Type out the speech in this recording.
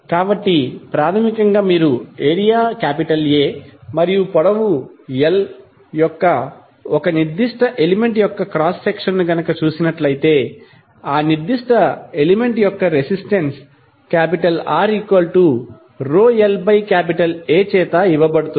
కాబట్టి ప్రాథమికంగా మీరు ఏరియా A మరియు పొడవు l యొక్క ఒక నిర్దిష్ట ఎలిమెంట్ యొక్క క్రాస్ సెక్షన్ను చూసినట్లయితే ఆ నిర్దిష్ట మూలకం యొక్క రెసిస్టెన్స్ RlA చే ఇవ్వబడుతుంది